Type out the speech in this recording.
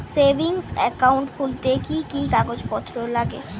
Savings account খুলতে কি কি কাগজপত্র লাগে?